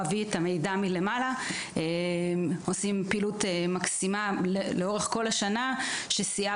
הם עושים פעילות מקסימה לאורך כל השנה ששיאה